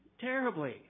terribly